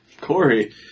Corey